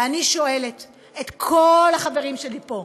ואני שואלת את כל החברים שלי פה,